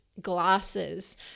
glasses